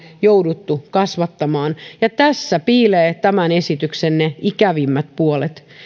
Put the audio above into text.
jouduttu kasvattamaan ja tässä piilevät ne tämän esityksen ikävimmät puolet